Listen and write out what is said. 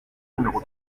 numéro